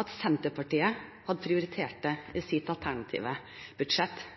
at Senterpartiet hadde prioritert det i sitt alternative budsjett